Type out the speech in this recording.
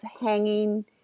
hanging